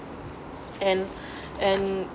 and and